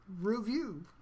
review